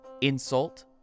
Insult